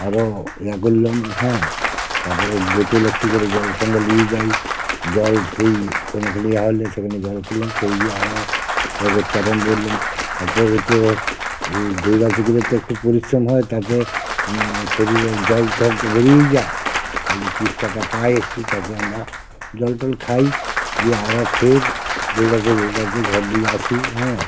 আরও ইয়া করলাম হ্যাঁ তারপরে বোতল একটু করে জল সঙ্গে নিয়ে যাই জল সেই কোনো খালি ইয়া হলে সেখানে জল খেলাম খেয়ে গিয়ে আরও ইয়ে করতে আরম্ভ করলাম তাতে ওইটা দৌড়াতে গেলে তো একটু পরিশ্রম হয় তাতে শরীরে জল সব তো বেরিয়েই যায় তাহলে তেষ্টাটা পায় একটু তাতে আমরা জল টল খাই দিয়ে আরও ফের দৌড়াতে দৌড়াতে ঘর দিয়ে আসি হ্যাঁ